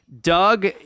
Doug